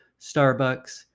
Starbucks